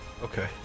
Okay